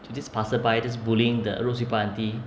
this passerby just bullying the road sweeper aunty